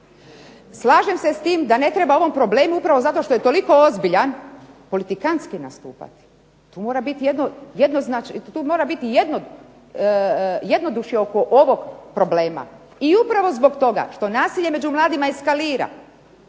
Slažem se s tim da ne treba ovom problemu, upravo zato što je toliko ozbiljan, politikanski nastupati. Tu mora biti jedno jednoznačje, jednodušje oko ovog problema. I upravo zbog toga što nasilje među mladima eskalira,